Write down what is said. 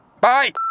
Bye